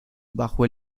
bajo